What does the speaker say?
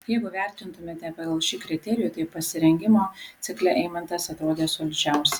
jeigu vertintumėme pagal šį kriterijų tai pasirengimo cikle eimantas atrodė solidžiausiai